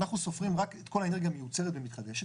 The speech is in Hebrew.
אנחנו סופרים רק את כל האנרגיה המיוצרת ומתחדשת.